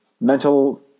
mental